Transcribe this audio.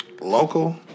local